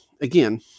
again